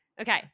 Okay